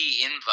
invite